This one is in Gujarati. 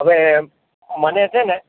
હવે મને છે ને